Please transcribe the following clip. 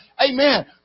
Amen